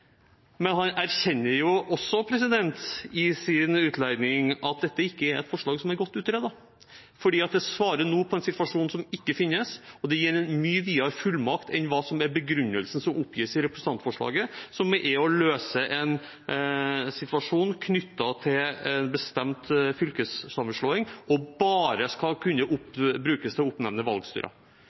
Men han erkjenner også i sin utlegning at dette ikke er et forslag som er godt utredet. For det svarer nå på en situasjon som ikke finnes, og det gir en mye videre fullmakt enn det som er begrunnelsen som oppgis i representantforslaget, som er å løse en situasjon knyttet til en bestemt fylkessammenslåing, og bare skal kunne brukes til å oppnevne